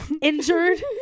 injured